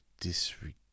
disregard